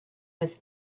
was